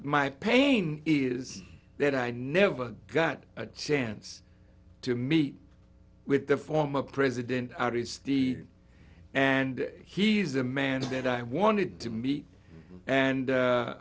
my pain is that i never got a chance to meet with the former president aristide and he's a man that i wanted to meet and u